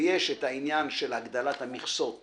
ויש את העניין של הגדלת המכסות